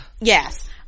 Yes